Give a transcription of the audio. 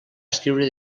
escriure